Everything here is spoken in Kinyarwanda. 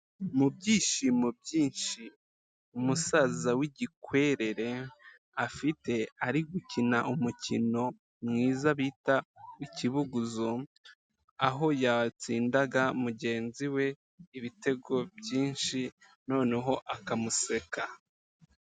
Mu byishimo byinshi umusaza w'igikwerere afite ari gukina umukino mwiza bita ikibuguzo, aho yatsindaga mugenzi we ibitego byinshi noneho akamuseka.